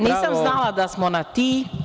Nisam znala da smo na ti.